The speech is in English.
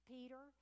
Peter